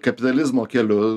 kapitalizmo keliu